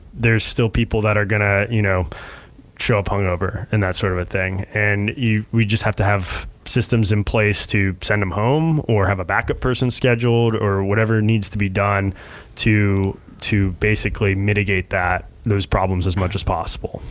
there's still people that are gonna you know show up hungover and that sort of a thing, and we just have to have systems in place to send them home, or have a backup person scheduled, or whatever needs to be done to to basically mitigate those problems as much as possible.